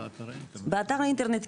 באתר האינטרנט,